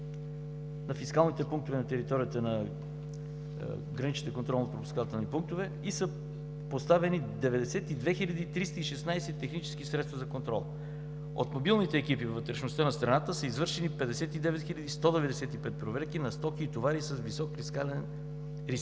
на фискалните пунктове на територията на граничните контролнопропускателни пунктове и са поставени 92 316 технически средства за контрол. От мобилните екипи във вътрешността на страната са извършени 59 195 проверки на стоки и товари с висок фискален риск.